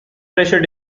pressure